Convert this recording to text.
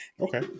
Okay